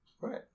Right